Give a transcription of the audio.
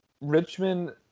Richmond